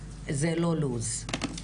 זה לא לו"ז.